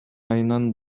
айынан